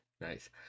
Nice